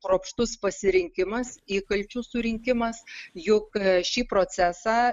kruopštus pasirinkimas įkalčių surinkimas juk šį procesą